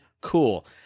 Cool